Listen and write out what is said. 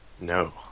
No